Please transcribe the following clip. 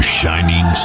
shining